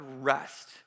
rest